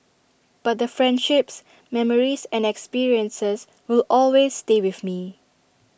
but the friendships memories and experiences will always stay with me